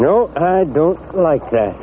no i don't like that